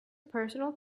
personal